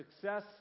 success